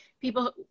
people